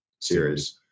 series